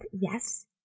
yes